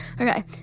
Okay